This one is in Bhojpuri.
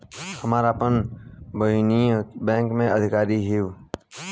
हमार आपन बहिनीई बैक में अधिकारी हिअ